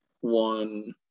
one